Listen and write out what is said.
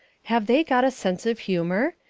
have they got a sense of humour?